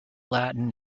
latin